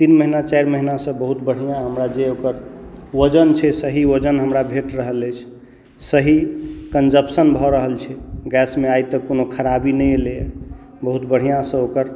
तीन महिना चारि महिना से बहुत बढ़िऑं हमरा जे ओकर वजन छै सही वजन हमरा भेट रहल अछि सही कन्जम्पसन भऽ रहल छै गैसमे आइ तक कोनो खराबी नहि अयलै हैं बहुत बढ़िऑं से ओकर